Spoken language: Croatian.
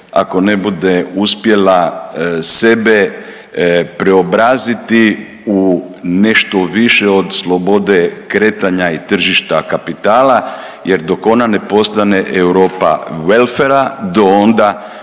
ako ne bude uspjela sebe preobraziti u nešto više od slobode kretanja i tržišta kapitala jer dok ona ne postaje Europa welfarea, do onda